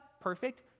perfect